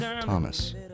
Thomas